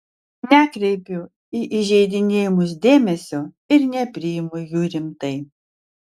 nekreipiu į įžeidinėjimus dėmesio ir nepriimu jų rimtai